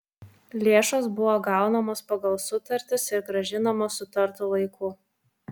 lėšos buvo gaunamos pagal sutartis ir grąžinamos sutartu laiku